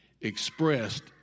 expressed